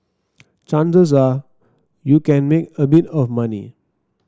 chances are you can make a bit of money